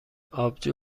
آبجو